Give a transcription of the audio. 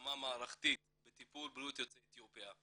ברמה מערכתית בטיפול בריאות יוצאי אתיופיה,